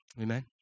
Amen